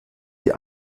sie